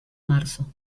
marzo